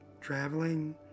traveling